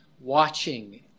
watching